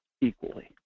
equally